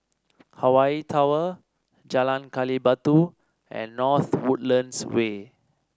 Hawaii Tower Jalan Gali Batu and North Woodlands Way